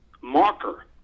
marker